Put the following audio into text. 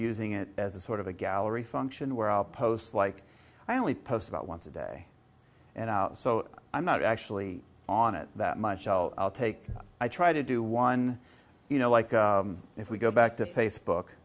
using it as a sort of a gallery function where i'll post like i only post about once a day and out so i'm not actually on it that much i'll take i try to do one you know like if we go back to facebook